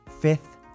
Fifth